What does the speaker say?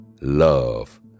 love